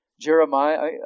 Jeremiah